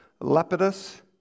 Lepidus